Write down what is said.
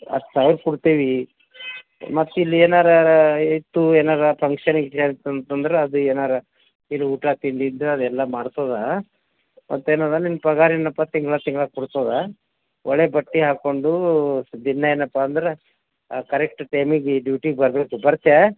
ಹತ್ತು ಸಾವಿರ ಕೊಡ್ತೀವಿ ಮತ್ತು ಇಲ್ಲಿ ಏನಾರ ಇತ್ತು ಏನಾರೂ ಫಂಕ್ಷನ್ ಈಗ ಇತ್ತು ಅಂತ ಅಂದ್ರೆ ಅದು ಏನಾರೂ ಇದು ಊಟ ತಿಂಡಿದು ಅದೆಲ್ಲ ಮಾಡ್ತದೆ ಮತ್ತು ಏನಂದ್ರೆ ನಿನ್ನ ಪಗಾರ ಏನಪ್ಪ ತಿಂಗ್ಳು ತಿಂಗ್ಳು ಕೊಡ್ತದೆ ಒಳ್ಳೆಯ ಬಟ್ಟೆ ಹಾಕಿಕೊಂಡು ಭಿನ್ನ ಏನಪ್ಪ ಅಂದ್ರೆ ಕರೆಕ್ಟ್ ಟೈಮಿಗೆ ಡ್ಯೂಟಿಗೆ ಬರಬೇಕು ಬರ್ತೀಯಾ